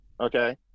Okay